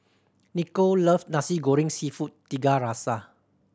Nichol loves Nasi Goreng Seafood Tiga Rasa